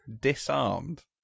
Disarmed